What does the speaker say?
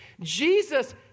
Jesus